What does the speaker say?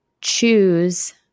choose